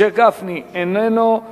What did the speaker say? משה גפני, איננו.